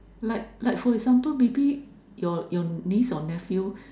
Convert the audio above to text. like like for example maybe your your niece or nephew